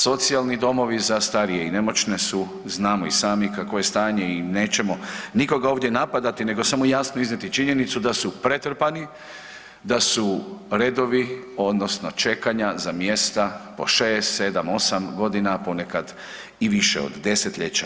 Socijalni domovi za starije i nemoćne su, znamo i sami kakvo je stanje i nećemo nikoga ovdje napadati nego samo jasno iznijeti činjenicu da su pretrpani, da su redovi odnosno čekanja za mjesta po 6. 7, 8.g., a ponekad i više od desetljeća.